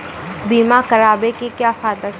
बीमा कराबै के की फायदा छै?